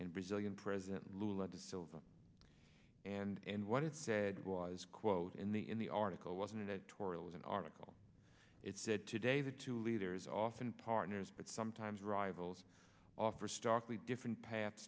and brazilian president lula da silva and what it said was quote in the in the article wasn't that torah was an article it said today the two leaders often partners but sometimes rivals offer starkly different path